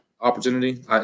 opportunity